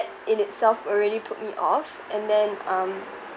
in itself already put me off and then um